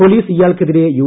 police ഇയാൾക്കെതിരെ U